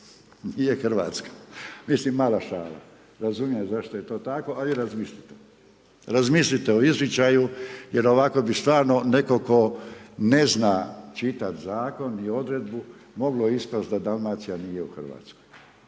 nije Hrvatska. Mislim, mala šala. Razumijem zašto je to tako, a vi razmislite. Razmislite o izričaju jer ovako bi stvarno netko tko ne zna čitat Zakon i odredbu moglo ispast da Dalmacija nije u Hrvatskoj.